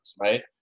right